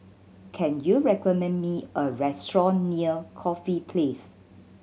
can you recommend me a restaurant near Corfe Place